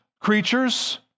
creatures